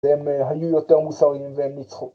‫שהם היו יותר מוסריים והם ניצחו.